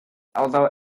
although